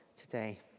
today